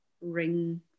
ring